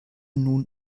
nun